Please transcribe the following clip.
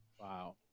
Wow